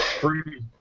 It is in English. free